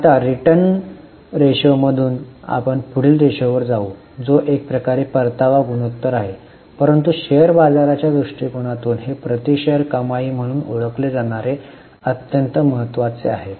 तर आता रिटर्न रेशोमधून आपण पुढील रेशोवर जाऊ जो एक प्रकारे परतावा गुणोत्तर आहे परंतु शेअर बाजाराच्या दृष्टिकोनातून हे प्रति शेअर कमाई म्हणून ओळखले जाणारे अत्यंत महत्वाचे आहे